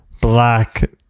black